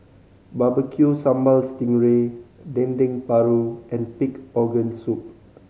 Barbecue Sambal sting ray Dendeng Paru and pig organ soup